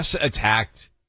attacked